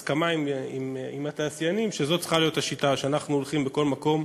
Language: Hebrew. הסכמה עם התעשיינים שזאת צריכה להיות השיטה שאנחנו הולכים בה בכל מקום,